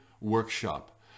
workshop